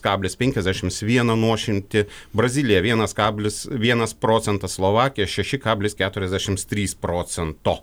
kablis penkiasdešims vieną nuošimtį brazilija vienas kablis vienas procentas slovakija šeši kablis keturiasdešims trys procento